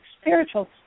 spiritual